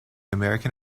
american